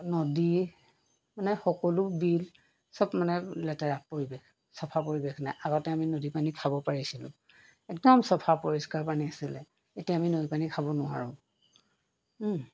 নদী মানে সকলো বিল চব মানে লেতেৰা পৰিৱেশ চফা পৰিৱেশ নাই আগতে আমি নদী পানী খাব পাৰিছিলোঁ একদম চফা পৰিষ্কাৰ পানী আছিলে এতিয়া আমি নদী পানী খাব নোৱাৰোঁ